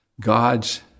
God's